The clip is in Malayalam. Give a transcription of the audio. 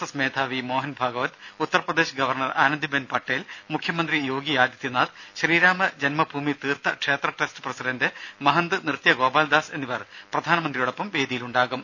എസ് മേധാവി മോഹൻഭാഗവത് ഉത്തർപ്രദേശ് ഗവർണർ ആനന്ദി ബെൻ പട്ടേൽ മുഖ്യമന്ത്രി യോഗി ആദിത്യനാഥ് ശ്രീരാമ ജന്മഭൂമി തീർത്ഥ ക്ഷേത്ര ട്രസ്റ്റ് പ്രസിഡന്റ് മഹന്ദ് നൃത്യ ഗോപാൽദാസ് എന്നിവർ പ്രധാനമന്ത്രിയോടൊപ്പം വേദിയിലുണ്ടാകും